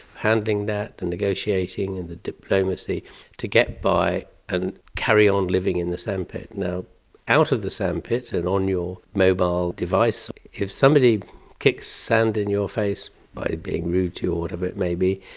handling that and negotiating and the diplomacy to get by and carry on living in the sandpit. out of the sandpit and on your mobile device, if somebody kicks sand in your face by being rude to you or whatever it may be,